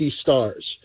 stars